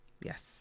Yes